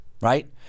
right